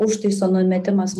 užtaiso numetimas